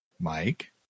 Mike